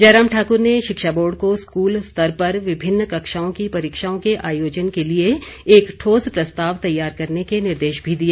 जयराम ठाकुर ने शिक्षा बोर्ड को स्कूल स्तर पर विभिन्न कक्षाओं की परीक्षाओं के आयोजन के लिए एक ठोस प्रस्ताव तैयार करने के निर्देश भी दिए